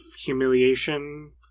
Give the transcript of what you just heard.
humiliation